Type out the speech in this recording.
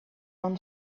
own